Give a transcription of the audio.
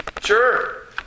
sure